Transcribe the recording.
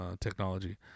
technology